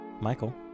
Michael